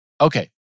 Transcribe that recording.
Okay